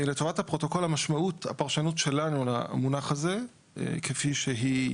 לטובת הפרוטוקול, הפרשנות שלנו למונח הזה כפי שהיא